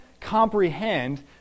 comprehend